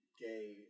gay